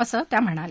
असं त्या म्हणाल्या